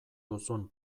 duzun